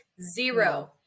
Zero